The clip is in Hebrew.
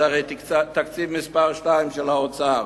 תקציב מספר 2 של האוצר,